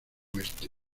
oeste